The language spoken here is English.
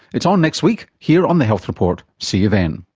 it's on next week here on the health report. see you then